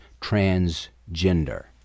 transgender